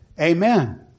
Amen